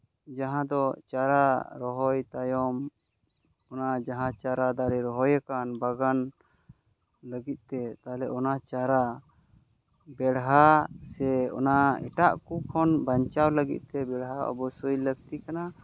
ᱡᱟᱦᱟᱸ ᱫᱚ ᱪᱟᱨᱟ ᱨᱚᱦᱚᱭ ᱛᱟᱭᱚᱢ ᱚᱱᱟ ᱡᱟᱦᱟᱸ ᱪᱟᱨᱟ ᱫᱟᱨᱮ ᱨᱚᱦᱚᱭᱟᱠᱟᱱ ᱵᱟᱜᱟᱱ ᱞᱟᱹᱜᱤᱫ ᱛᱮ ᱛᱟᱦᱚᱞᱮ ᱚᱱᱟ ᱪᱟᱨᱟ ᱵᱮᱲᱦᱟ ᱥᱮ ᱚᱱᱟ ᱮᱴᱟᱜ ᱠᱚ ᱠᱷᱚᱱ ᱵᱟᱧᱪᱟᱣ ᱞᱟᱹᱜᱤᱫ ᱛᱮ ᱵᱮᱲᱦᱟ ᱚᱵᱳᱥᱥᱳᱭ ᱞᱟᱹᱠᱛᱤ ᱠᱟᱱᱟ